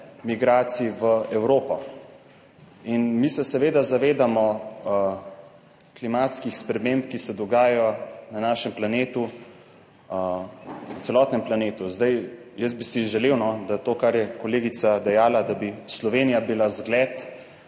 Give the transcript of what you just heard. migracij v Evropo. In mi se seveda zavedamo klimatskih sprememb, ki se dogajajo na našem planetu, celotnem planetu. Zdaj, jaz bi si želel, da to, kar je kolegica dejala, da bi Slovenija bila zgled.